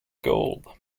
gold